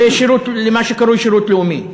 למה שקרוי שירות לאומי.